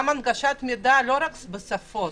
הנגשה לא רק בשפות,